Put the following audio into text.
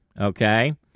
Okay